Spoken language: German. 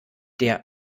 der